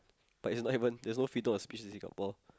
but its like even there's no freedom of speech in Singapore